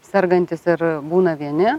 sergantys ir būna vieni